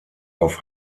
auf